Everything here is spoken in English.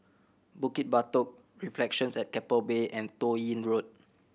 Bukit Batok Reflections at Keppel Bay and Toh Yi Road